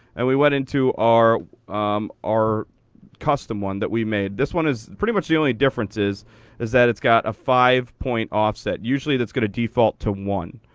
and we went into our um our custom one that we made. this one is pretty much the only difference is is that it's got a five-point offset. usually, it's gonna default to one.